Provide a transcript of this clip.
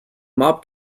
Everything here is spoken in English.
mob